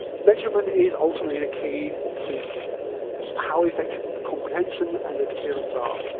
measurement is ultimately the key to how effective comprehension and adherence are.